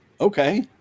Okay